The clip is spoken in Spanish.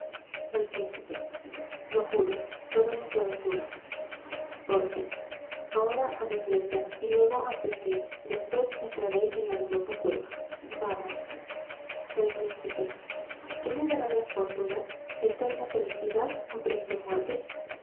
el príncipe lo juro probemos la ventura pórcia ahora á la iglesia y luego al festin despues entrareis en la dudosa cueva vamos el príncipe qué me dará la fortuna eterna felicidad ó triste muerte